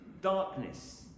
Darkness